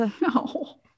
no